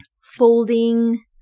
folding